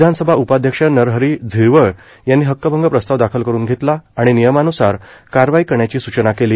विधानसभा उपाध्यक्ष नरहरी झिरवळ यांनी हक्कभंग प्रस्ताव दाखल करून घेतला आणि नियमान्सार कारवाई करण्याची सूचना केली